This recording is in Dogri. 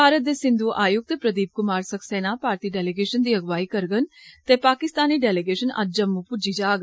भारत दे सिंघु आयुक्त प्रदीप कुमार सक्सेना भारती डेलिगेषन दी अगुवाई करङन ते पाकिस्तानी डेलिगेषन अज्ज जम्मू पुज्जी जाग